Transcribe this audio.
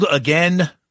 Again